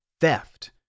theft